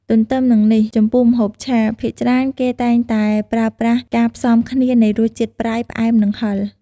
ទ្ទឹមនឹងនេះ ចំពោះម្ហូបឆា ភាគច្រើនគេតែងតែប្រើប្រាស់ការផ្សំគ្នានៃរសជាតិប្រៃ ផ្អែម និងហឹរ។